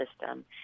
system